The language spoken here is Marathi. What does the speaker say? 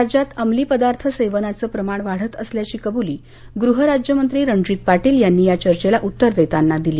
राज्यात अंमली पदार्थ सेवनाचं प्रमाण वाढत असल्याची कबूली गृहराज्यमंत्री रणजीत पाटील यांनी या चर्चेला उत्तर देताना दिली